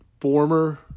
former